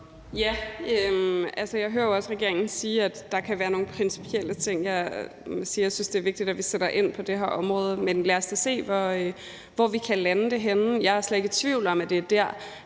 Jeg hører jo også regeringen sige, at der kan være nogle principielle ting. Jeg synes, at det er vigtigt, at vi sætter ind på det her område. Lad os da se, hvor vi kan lande det henne. Jeg er slet ikke i tvivl om, at det er dér,